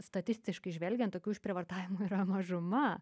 statistiškai žvelgiant tokių išprievartavimų yra mažuma